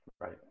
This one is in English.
right